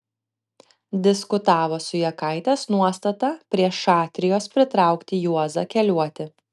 diskutavo su jakaitės nuostata prie šatrijos pritraukti juozą keliuotį